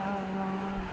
ଆଉ